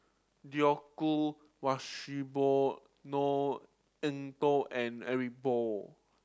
Djoko Wibisono Eng Tow and Eric Moo